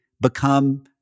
become